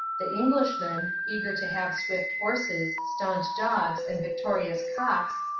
the englishman, eager to have swift horses, staunch dogs, and victorious cocks,